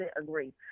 agree